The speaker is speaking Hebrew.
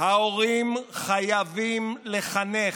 ההורים חייבים לחנך,